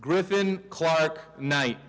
griffin clark night